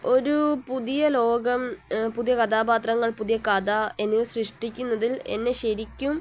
ഒരു പുതിയ ലോകം പുതിയ കഥാപാത്രങ്ങൾ പുതിയ കഥ എന്നിവ സൃഷ്ടിക്കുന്നതിൽ എന്നെ ശരിക്കും